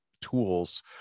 tools